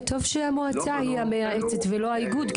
טוב שהמועצה היא המייעצת ולא האיגוד.